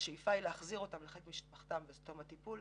השאיפה היא להחזיר אותם לחיק משפחתם בתום הטיפול.